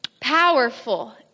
Powerful